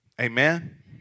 Amen